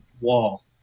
wall